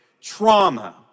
trauma